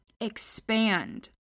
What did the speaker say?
expand